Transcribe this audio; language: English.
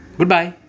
goodbye